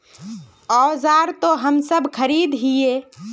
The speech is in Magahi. औजार तो हम सब खरीदे हीये?